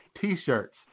T-shirts